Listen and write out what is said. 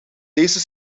deze